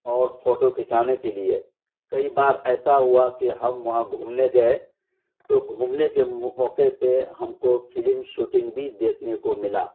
اور فوٹو کھنچانے کے لیے کئی بار ایسا ہوا کہ ہم وہاں گھومنے گئے تو گھومنے کے موقعے پہ ہم کو فلم شوٹنگ بھی دیکھنے کو ملا